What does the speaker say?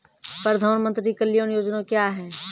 प्रधानमंत्री कल्याण योजना क्या हैं?